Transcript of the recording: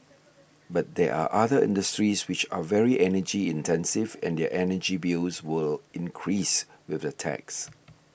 but there are other industries which are very energy intensive and their energy bills would increase with the tax